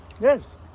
Yes